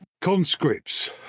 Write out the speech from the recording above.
Conscripts